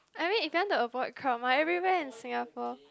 I mean if you want to avoid crowd mah everywhere in Singapore